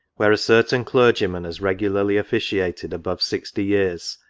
where a certain clergyman has regularly officiated above sixty years,